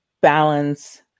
balance